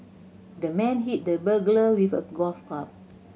the man hit the burglar with a golf club